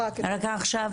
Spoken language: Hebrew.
רק עכשיו